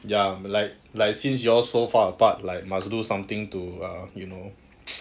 ya like like since you all so far apart like must do something to err you know